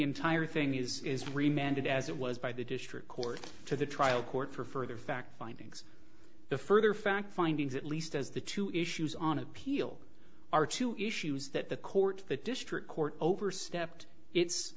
entire thing is is free man did as it was by the district court to the trial court for further fact findings the further fact findings at least as the two issues on appeal are two issues that the court the district court overstepped